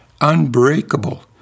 unbreakable